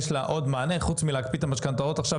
יש להם עוד מענה חוץ מלהקפיא את המשכנתאות עכשיו